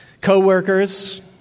co-workers